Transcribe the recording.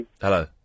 Hello